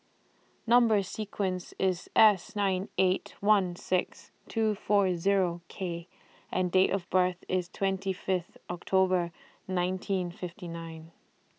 Number sequence IS S nine eight one six two four Zero K and Date of birth IS twenty Fifth October nineteen fifty nine